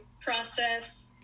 process